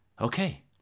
Okay